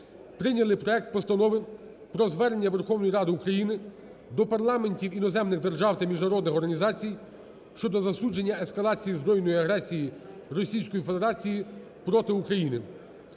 прийняли проект Постанови про Звернення Верховної Ради України до парламентів іноземних держав та міжнародних організацій щодо засудження ескалації збройної агресії Російської Федерації проти України.